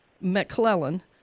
McClellan